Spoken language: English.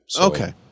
okay